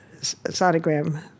sonogram